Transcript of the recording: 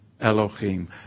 Elohim